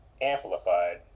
amplified